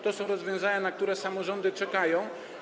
To są rozwiązania, na które samorządy czekają.